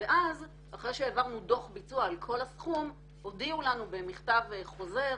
ואז אחרי שהעברנו דוח ביצוע על כל הסכום הודיעו לנו במכתב חוזר